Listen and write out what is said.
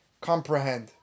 comprehend